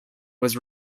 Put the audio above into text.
was